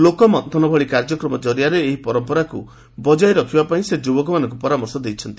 ଲୋକମନ୍ଥନ ଭଳି କାର୍ଯ୍ୟକ୍ରମ ଜରିଆରେ ଏହି ପରମ୍ପରାକୁ ବଜାୟ ରଖିବାପାଇଁ ସେ ଯୁବକମାନଙ୍କୁ ପରାମର୍ଶ ଦେଇଛନ୍ତି